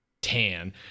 tan